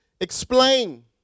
explain